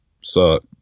suck